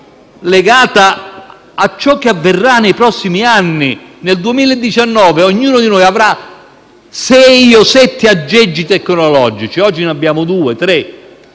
legata a ciò che avverrà nei prossimi anni. Nel 2019 ognuno di noi avrà sei o sette aggeggi tecnologici; oggi ne abbiamo due o